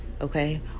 Okay